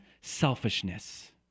selfishness